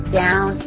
down